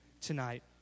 tonight